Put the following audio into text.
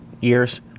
years